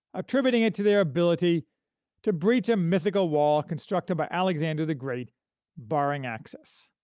attributing it to their ability to breach a mythical wall constructed by alexander the great barring access.